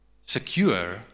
secure